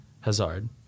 Hazard